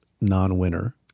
non-winner